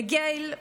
מגיל,